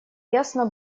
ясно